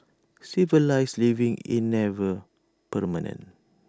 civilised living in never